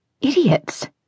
Idiots